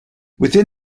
within